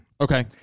Okay